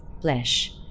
flesh